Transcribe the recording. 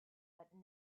but